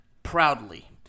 Proudly